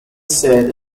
said